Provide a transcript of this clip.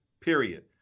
period